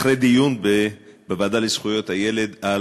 אחרי דיון בוועדה לזכויות הילד על